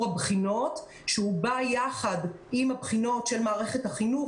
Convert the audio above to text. הבחינות שבא יחד עם הבחינות של מערכת החינוך,